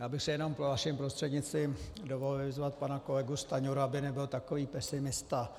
Já bych si jenom vaším prostřednictvím dovolil vyzvat pana kolegu Stanjuru, aby nebyl takový pesimista.